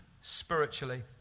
spiritually